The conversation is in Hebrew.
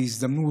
בהזדמנות,